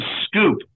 scoop